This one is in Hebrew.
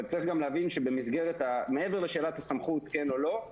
אבל צריך גם להבין שמעבר לשאלת הסמכות כן או לא,